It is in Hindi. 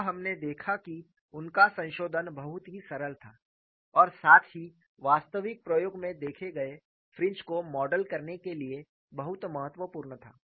वहां हमने देखा कि उनका संशोधन बहुत ही सरल था और साथ ही वास्तविक प्रयोग में देखे गए फ्रिंज को मॉडल करने के लिए बहुत महत्वपूर्ण था